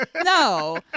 No